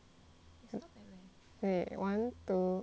wait one two